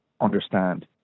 understand